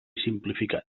simplificat